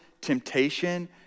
temptation